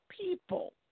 people